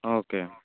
okay